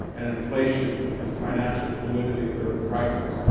and inflation, and financial fluidity, they're in crisis.